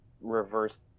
reverse